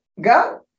go